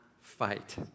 fight